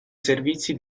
servizi